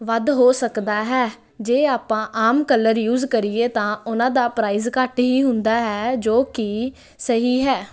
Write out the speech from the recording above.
ਵੱਧ ਹੋ ਸਕਦਾ ਹੈ ਜੇ ਆਪਾਂ ਆਮ ਕਲਰ ਯੂਜ ਕਰੀਏ ਤਾਂ ਉਹਨਾਂ ਦਾ ਪ੍ਰਾਈਜ ਘੱਟ ਹੀ ਹੁੰਦਾ ਹੈ ਜੋ ਕਿ ਸਹੀ ਹੈ